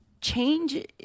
change